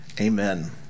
Amen